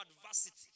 adversity